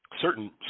Certain